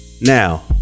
Now